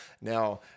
Now